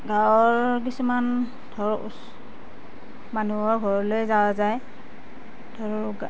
গাঁৱৰ কিছুমান ধৰ ওচৰৰ মানুহৰ ঘৰলৈ যোৱা যায় ধৰ